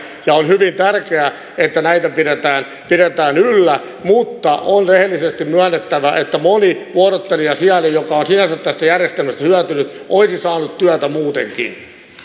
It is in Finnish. ja on hyvin tärkeää että näitä pidetään yllä mutta on rehellisesti myönnettävä että moni vuorottelijasijainen joka on sinänsä tästä järjestelmästä hyötynyt olisi saanut työtä muutenkin